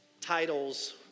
titles